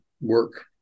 work